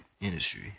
industry